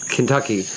Kentucky